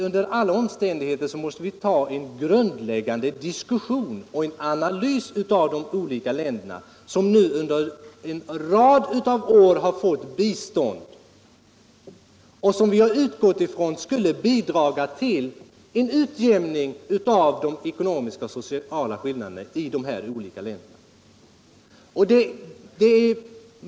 Under alla omständigheter måste vi ha en grundläggande diskussion och en analys av de olika länder som nu under en rad av år fått ett bistånd, som vi utgått från skulle bidra till en utjämning av de ekonomiska och sociala skillnaderna i dessa olika länder.